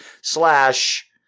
Slash